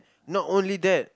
not only that